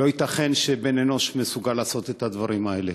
לא ייתכן שבן-אנוש מסוגל לעשות את הדברים האלה.